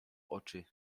oczy